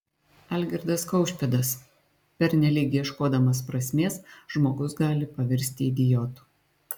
algirdas kaušpėdas pernelyg ieškodamas prasmės žmogus gali pavirsti idiotu